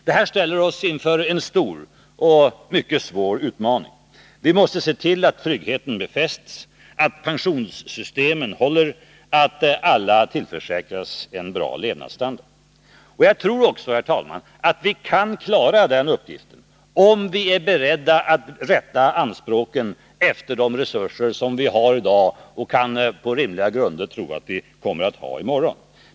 Detta ställer oss inför en stor och mycket svår utmaning. Vi måste se till att tryggheten befästs, att pensionssystemen håller, att alla tillförsäkras en bra levnadsstandard. Jag tror också, herr talman, att vi kan klara den uppgiften, om vi är beredda att rätta anspråken efter de resurser som vi har i dag och på rimliga grunder kan tro att vi kommer att ha i morgon.